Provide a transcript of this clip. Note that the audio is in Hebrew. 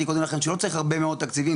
קודם לכן שלא צריך הרבה מאוד תקציבים,